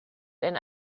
denn